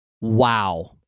Wow